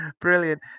Brilliant